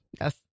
Yes